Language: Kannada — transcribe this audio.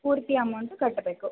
ಪೂರ್ತಿ ಅಮೌಂಟ್ ಕಟ್ಟಬೇಕು